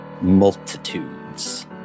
multitudes